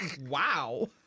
Wow